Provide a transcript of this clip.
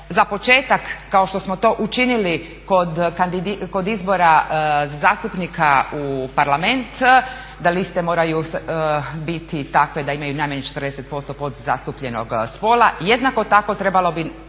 Za početak kao što smo to učinili kod izbora zastupnika u Parlament da liste moraju biti takve da imaju najmanje 40% podzastupljenog spola, jednako tako trebalo bi